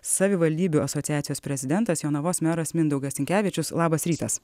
savivaldybių asociacijos prezidentas jonavos meras mindaugas sinkevičius labas rytas